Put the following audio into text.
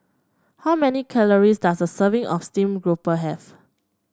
how many calories does a serving of stream grouper have